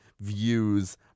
views